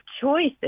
choices